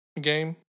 Game